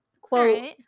quote